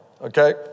okay